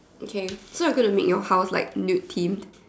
okay so I'm gonna meet at your house like lute teen